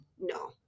no